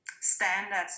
standards